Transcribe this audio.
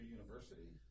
university